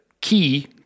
key